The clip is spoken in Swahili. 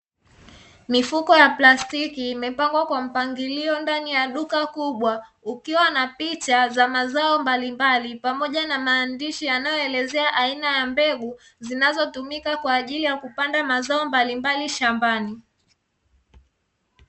Mifuko ya plastiki imepangwa kwa mpangilio ndani ya duka kubwa, ukiwa na picha za mazao mbalimbali, pamoja na maandishi yanayoelezea aina ya mbegu zinazotumika kwa ajili ya kupanda mazao mbalimbali shambani.